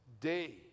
day